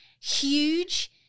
huge